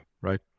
right